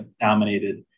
dominated